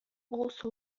also